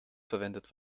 verwendet